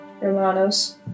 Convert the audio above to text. Romanos